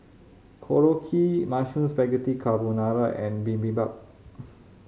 Korokke Mushroom Spaghetti Carbonara and Bibimbap